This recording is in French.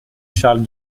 charles